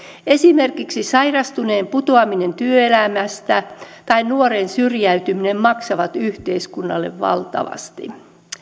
esimerkiksi sairastuneen putoaminen työelämästä tai nuoren syrjäytyminen maksavat yhteiskunnalle valtavasti